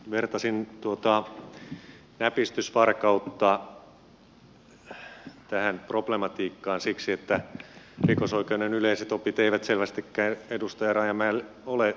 vertasin tuota näpistysvarkautta tähän problematiikkaan siksi että rikosoikeuden yleiset opit eivät selvästikään edustaja rajamäelle ole tuttuja